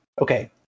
Okay